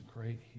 great